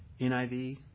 NIV